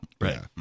right